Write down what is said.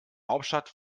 hauptstadt